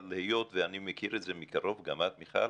אבל היות שאני מכיר את זה מקרוב, גם את, מיכל